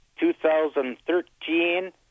2013